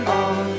on